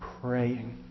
praying